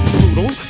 Brutal